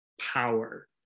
power